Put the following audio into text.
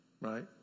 Right